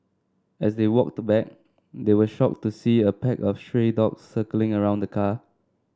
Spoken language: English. as they walked back they were shocked to see a pack of stray dogs circling around the car